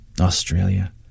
Australia